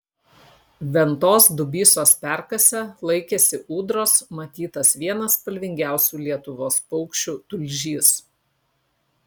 ventos dubysos perkase laikėsi ūdros matytas vienas spalvingiausių lietuvos paukščių tulžys